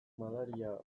madaria